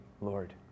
Lord